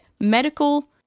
medical